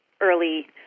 early